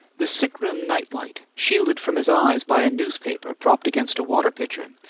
the sick-room night-light, shielded from his eyes by a newspaper propped against a water-pitcher,